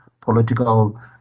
political